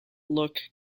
look